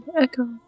echo